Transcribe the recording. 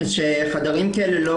חדרים כאלה לא